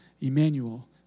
Emmanuel